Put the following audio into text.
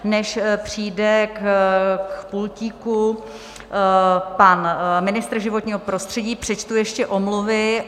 Než přijde k pultíku pan ministr životního prostředí, přečtu ještě omluvy.